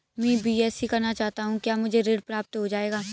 मैं बीएससी करना चाहता हूँ क्या मुझे ऋण प्राप्त हो जाएगा?